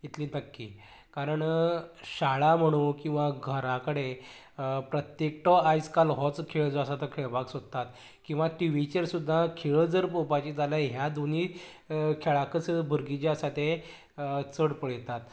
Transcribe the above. इतलें नक्की कारण शाळा म्हणू किंवां घरा कडेन प्रत्येकटो आयज काल होच खेळ जो आसा तो खेळपाक सोदतात किंवां टिवीचेर सुद्दां खेळ जर पोवपाची जाल्यार ह्या दोनीय खेळाकच आसा भुरगीं ते चड पळयतात